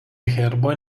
herbo